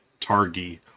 Targi